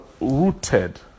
rooted